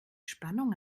spannung